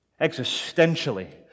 existentially